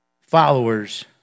Followers